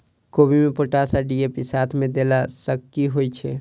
कोबी मे पोटाश आ डी.ए.पी साथ मे देला सऽ की होइ छै?